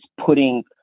putting